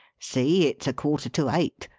see! it's a quarter to eight.